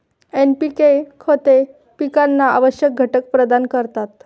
NPK खते पिकांना आवश्यक घटक प्रदान करतात